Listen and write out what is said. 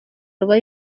ruba